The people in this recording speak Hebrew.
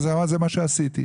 היא אמרה שזה מה שהיא עשתה.